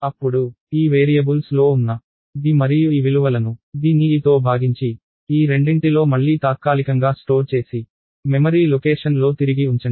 అప్పుడు ఈ వేరియబుల్స్లో ఉన్న d మరియు e విలువలను dని e deతో భాగించి ఈ రెండింటిలో మళ్లీ తాత్కాలికంగా స్టోర్ చేసి మెమరీ లొకేషన్లో తిరిగి ఉంచండి